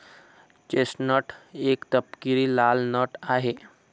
chestnut एक तपकिरी लाल नट आहे